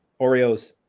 Oreos